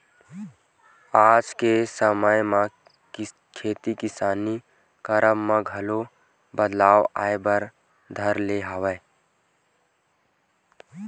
आज के समे म खेती किसानी करब म घलो बदलाव आय बर धर ले हवय